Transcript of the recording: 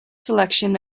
selection